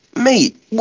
Mate